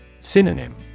Synonym